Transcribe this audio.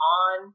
on